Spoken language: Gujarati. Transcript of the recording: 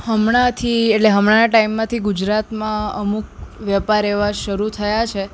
હમણાંથી એટલે હમણાના ટાઈમમાંથી ગુજરાતમાં અમુક વ્યાપાર એવા શરૂ થયા છે